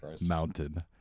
mountain